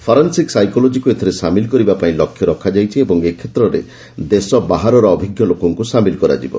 forensic ସାଇକୋଲଜିକୁ ଏଥିରେ ସାମିଲ କରିବା ପାଇଁ ଲକ୍ଷ୍ୟ ରଖାଯାଇଛି ଏବଂ ଏ କ୍ଷେତ୍ରରେ ଦେଶ ବାହାରର ଅଭିଜ୍ଞ ଲୋକଙ୍କୁ ସାମିଲ କରାଯିବ